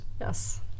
Yes